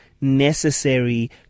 necessary